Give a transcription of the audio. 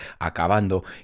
acabando